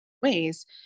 Ways